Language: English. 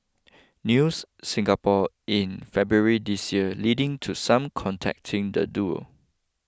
News Singapore in February this year leading to some contacting the duo